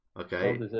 Okay